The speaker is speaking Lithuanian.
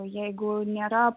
jeigu nėra